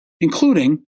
including